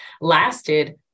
lasted